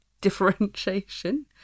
differentiation